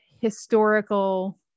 historical